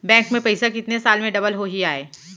Bank में पइसा कितने साल में डबल होही आय?